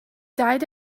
died